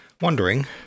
wondering